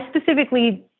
specifically